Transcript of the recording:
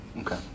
Okay